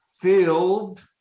filled